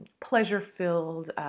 pleasure-filled